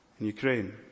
Ukraine